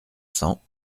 cents